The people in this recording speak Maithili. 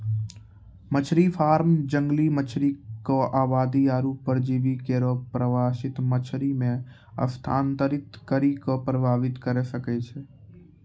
मछरी फार्म जंगली मछरी क आबादी आरु परजीवी केरो प्रवासित मछरी म स्थानांतरित करि कॅ प्रभावित करे सकै छै